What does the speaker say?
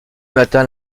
matin